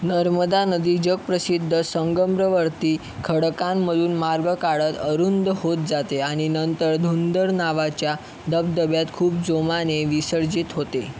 नर्मदा नदी जगप्रसिद्ध संगमरवरती खडकांमधून मार्ग काढत अरुंद होत जाते आनि नंतर धुंधर नावाच्या धबधब्यात खूप जोमाने विसर्जित होते